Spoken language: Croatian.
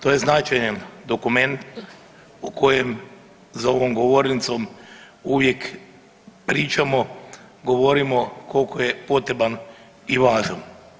To je značajan dokument u kojem za ovom govornicom uvijek pričamo, govorimo koliko je potreban i važan.